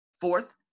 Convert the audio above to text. Fourth